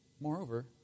Moreover